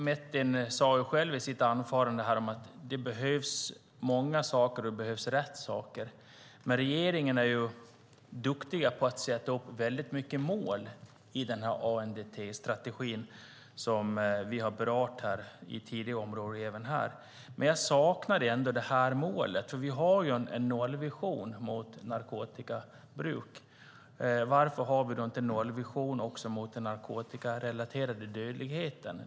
Metin Ataseven sade i sitt anförande att det behövs många saker och att det behövs rätt saker. Regeringen är duktig på att sätta upp många mål inom ANDT-strategin, vilket vi också berört här, men jag saknar just det målet. Vi har en nollvision mot narkotikabruk. Varför har vi då inte en nollvision också mot den narkotikarelaterade dödligheten?